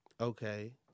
Okay